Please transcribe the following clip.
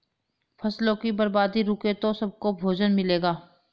फसलों की बर्बादी रुके तो सबको भोजन मिलेगा